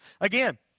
Again